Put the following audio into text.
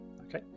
Okay